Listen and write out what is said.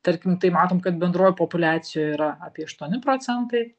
tarkim tai matom kad bendroj populiacijoj yra apie aštuoni procentai